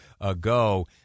ago